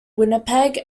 winnipeg